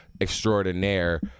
extraordinaire